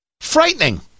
Frightening